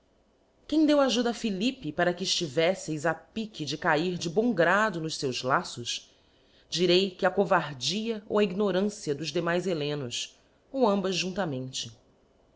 uem deu ajuda a philippe para que eftiveíteis a pique e cair de bom grado nos seus laços direi que a coardia ou a ignorância dos demais hellenos ou ambas intámente